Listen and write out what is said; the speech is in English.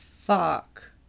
Fuck